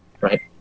right